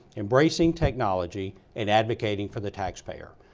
embracing technology and advocating for the taxpayer.